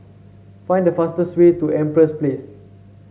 find the fastest way to Empress Place